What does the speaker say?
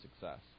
success